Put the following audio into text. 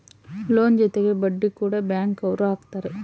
loan ಜೊತೆಗೆ ಬಡ್ಡಿ ಕೂಡ ಬ್ಯಾಂಕ್ ಅವ್ರು ಹಾಕ್ತಾರೆ